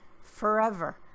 forever